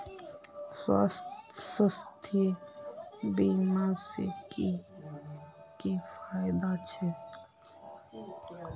स्वास्थ्य बीमा से की की फायदा छे?